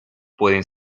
pueden